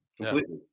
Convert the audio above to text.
Completely